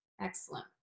Excellent